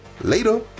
Later